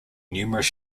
numerous